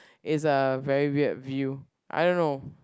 is a very weird view I don't know